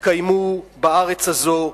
שהיו בארץ הזאת,